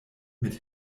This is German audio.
mit